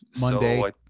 Monday